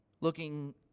Looking